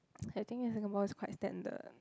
I think in Singapore it's quite standard